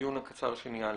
בדיון הקצר שניהלנו.